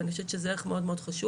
ואני חושבת שזה ערך מאוד מאוד חשוב.